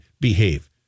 behave